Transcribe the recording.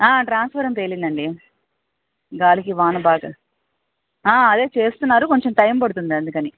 transformer పేలిందండి గాలికి వానబాగా అదే చేస్తున్నారు కొంచెం టైమ్ పడుతుంది అందుకని